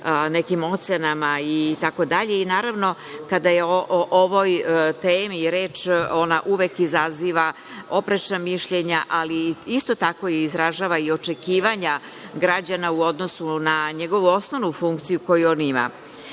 nekim ocenama i tako dalje. Naravno, kada je o ovoj temi i reč ona uvek izaziva oprečna mišljenja, ali isto tako i izražava očekivanja građana u odnosu na njegovu osnovnu funkciju koju on ima. Ono